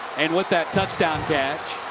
and with that touchdown catch,